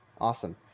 Awesome